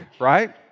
right